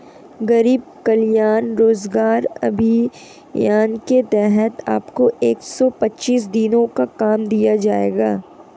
गरीब कल्याण रोजगार अभियान के तहत आपको एक सौ पच्चीस दिनों का काम दिया जाएगा